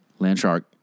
Landshark